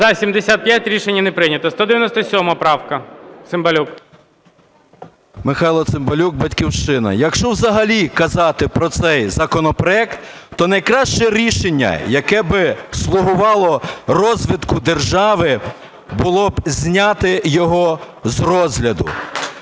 За-75 Рішення не прийнято. 197 правка, Цимбалюк. 11:00:13 ЦИМБАЛЮК М.М. Михайло Цимбалюк, "Батьківщина". Якщо взагалі казати про цей законопроект, то найкраще рішення, яке би слугувало розвитку держави, було б зняти його з розгляду.